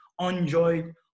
enjoy